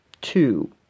two